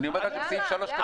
בסעיף (3) כתוב שלא.